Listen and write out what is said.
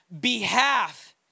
behalf